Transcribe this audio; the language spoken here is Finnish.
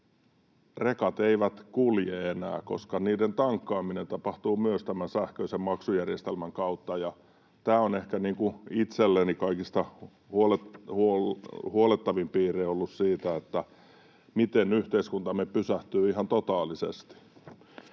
rekat eivät kulje enää, koska myös niiden tankkaaminen tapahtuu tämän sähköisen maksujärjestelmän kautta. Tämä on ehkä ollut itselleni kaikista huolettavin piirre siinä: se, miten yhteiskuntamme pysähtyy ihan totaalisesti.